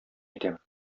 итәм